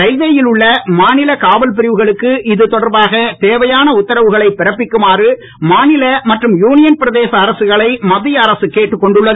ரயில்வேயில் உள்ள மாநில காவல் பிரிவுகளுக்கு இதுதொடர்பான தேவையான உத்தரவுகளைப் பிறப்பிக்குமாறு மாநில மற்றும் யூனியன் பிரதேச அரசுகளை மத்திய அரசு கேட்டுக்கொண்டுன்னது